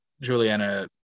Juliana